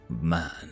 man